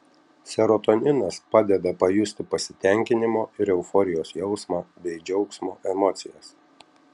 serotoninas padeda pajusti pasitenkinimo ir euforijos jausmą bei džiaugsmo emocijas